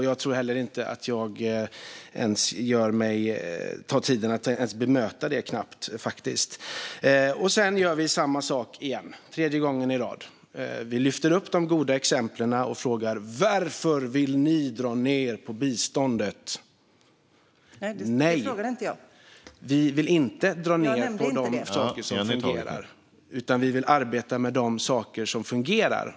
Jag tror inte ens att jag tar mig tiden att bemöta det. Sedan gör man samma sak igen, för tredje gången i rad. Man lyfter upp de goda exemplen och frågar: Varför vill ni dra ned på biståndet? Nej, vi vill inte dra ned på de saker som fungerar. Vi vill arbeta med de saker som fungerar.